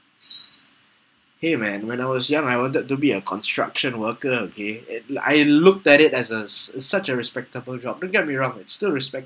!hey! man when I was young I wanted to be a construction worker okay it uh I looked at it as a s~ such a respectable job don't get me wrong it's still respectable